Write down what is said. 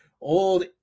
old